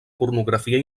pornografia